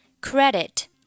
credit